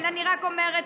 אני רק אומרת,